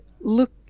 look